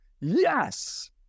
yes